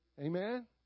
amen